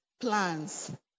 plans